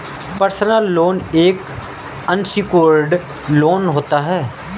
personal loan एक unsecured loan होता है